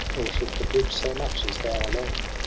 nor shook the bridge so much as thou alone.